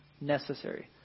necessary